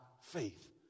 faith